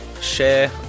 share